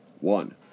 One